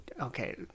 okay